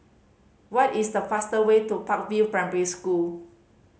what is the fastest way to Park View Primary School